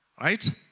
Right